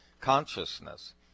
consciousness